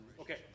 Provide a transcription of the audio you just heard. okay